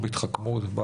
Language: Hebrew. התחכמות.